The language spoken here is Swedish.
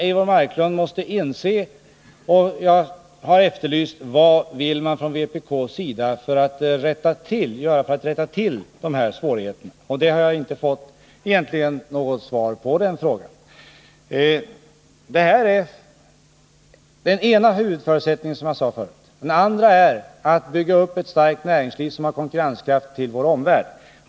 Eivor Marklund måste inse detta. Jag har efterlyst vad man från vpk:s sida vill göra för att rätta till dessa svårigheter. Jag har inte fått något svar. Detta är den ena huvudförutsättningen. Den andra är att bygga upp ett starkt näringsliv, som är konkurrenskraftigt i förhållande till vår omvärld.